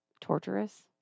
torturous